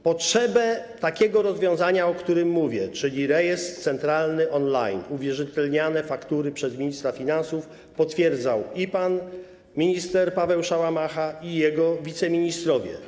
Potrzebę takiego rozwiązania, o którym mówię, czyli rejestru centralnego on-line - faktury uwierzytelniane przez ministra finansów - potwierdzali i pan minister Paweł Szałamacha, i jego wiceministrowie.